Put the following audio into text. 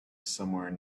somewhere